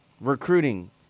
Recruiting